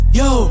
yo